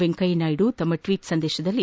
ವೆಂಕಯ್ಯ ನಾಯ್ಡು ತಮ್ಮ ಟ್ವೀಟ್ ಸಂದೇಶದಲ್ಲಿ